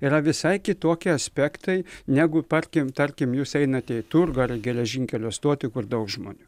yra visai kitokie aspektai negu parkim tarkim jūs einate į turgų ar į geležinkelio stotį kur daug žmonių